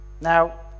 Now